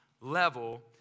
level